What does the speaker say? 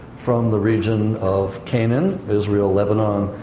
from the region of canaan, israel, lebanon,